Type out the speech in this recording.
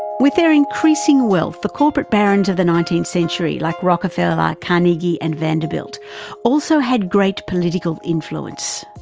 with their increasing wealth, the corporate barons of the nineteenth century like rockefeller, like carnegie, and vanderbilt also had great political influence.